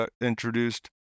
introduced